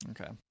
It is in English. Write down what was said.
Okay